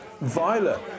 Violet